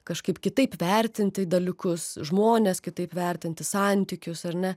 kažkaip kitaip vertinti dalykus žmones kitaip vertinti santykius ar ne